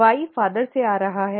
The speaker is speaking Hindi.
Y पिता से आ रहा है